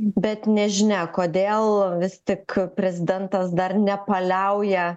bet nežinia kodėl vis tik prezidentas dar nepaliauja